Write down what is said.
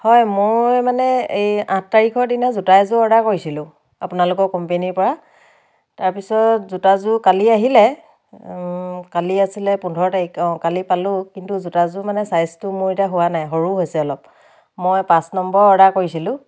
হয় মই মানে এই আঠ তাৰিখৰ দিনা জোতা এযোৰ অৰ্ডাৰ কৰিছিলোঁ আপোনালোকৰ কোম্পানীৰ পৰা তাৰপিছত জোতাযোৰ কালি আহিলে কালি আছিলে পোন্ধৰ তাৰিখ অঁ কালি পালোঁ কিন্তু জোতাযোৰ মানে চাইজটো মোৰ এতিয়া হোৱা নাই সৰু হৈছে অলপ মই পাঁচ নম্বৰ অৰ্ডাৰ কৰিছিলোঁ